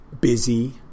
busy